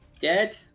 Dead